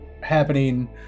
happening